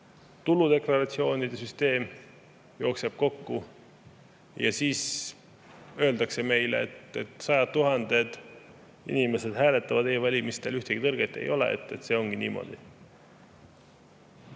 jooksis, tuludeklaratsioonide süsteem kokku jooksis. Ja siis öeldakse meile, et sajad tuhanded inimesed hääletavad e‑valimistel, ühtegi tõrget ei ole, et see ongi niimoodi.